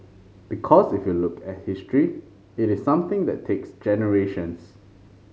because if you look at history it is something that takes generations